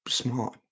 smart